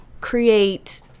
create